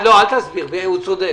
לא, אל תסביר, הוא צודק.